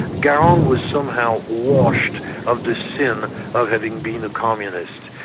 garang was somehow washed of this sin of having been a communist.